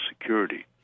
security